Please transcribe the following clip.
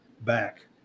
back